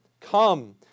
Come